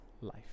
life